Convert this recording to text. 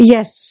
Yes